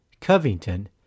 Covington